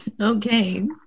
Okay